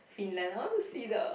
Finland I want to see the